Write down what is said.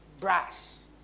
brass